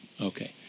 Okay